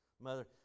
mother